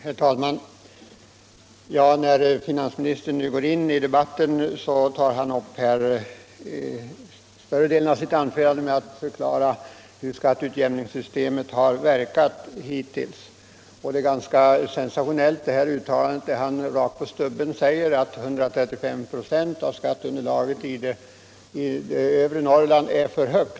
Herr talman! När finansministern nu går in i debatten tar han upp större delen av sitt anförande med att förklara hur skatteutjämningssystemet har verkat hittills. Han gör också rakt på stubben ett ganska sensationellt uttalande, nämligen att 135 26 av skatteunderlaget i övre Norrland är för högt!